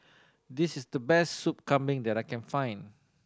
this is the best Soup Kambing that I can find